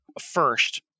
first